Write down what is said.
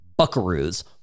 buckaroos